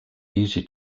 easy